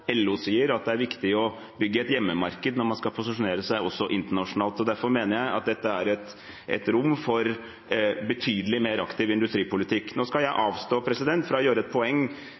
LO sier – at det er viktig å bygge et hjemmemarked når man skal posisjonere seg også internasjonalt. Derfor mener jeg at det er rom for en betydelig mer aktiv industripolitikk. Nå skal jeg avstå fra å gjøre et poeng